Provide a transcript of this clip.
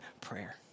prayer